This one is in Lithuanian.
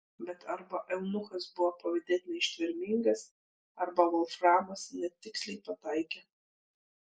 bet arba eunuchas buvo pavydėtinai ištvermingas arba volframas netiksliai pataikė